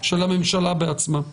של הממשלה בעצמה.